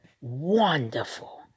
Wonderful